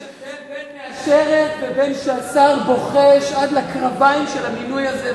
יש הבדל בין "מאשרת" לבין שהשר בוחש עד לקרביים של המינוי הזה,